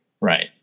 Right